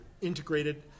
integrated